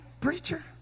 preacher